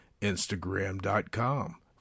instagram.com